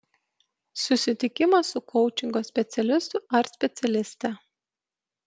susitikimas su koučingo specialistu ar specialiste